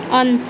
on